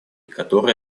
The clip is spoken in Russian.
который